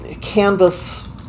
canvas